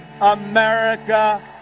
America